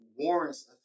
warrants